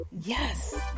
Yes